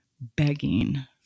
begging